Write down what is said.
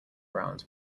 ground